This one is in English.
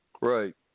right